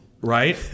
right